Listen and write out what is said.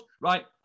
right